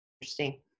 interesting